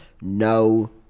no